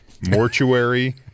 mortuary